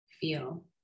feel